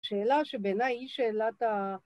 ‫שאלה שביניי היא שאלת ה...